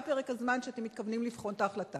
מהו פרק הזמן שבו אתם מתכוונים לבחון את ההחלטה?